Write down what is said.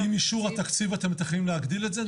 --- עם אישור התקציב אתם מתכננים להגדיל את זה?